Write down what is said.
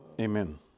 Amen